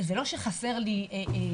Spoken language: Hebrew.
זה לא שחסר לי כוחות,